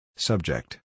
Subject